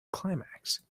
climax